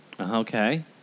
Okay